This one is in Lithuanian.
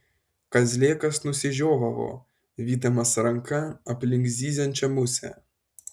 kazlėkas nusižiovavo vydamas ranka aplink zyziančią musę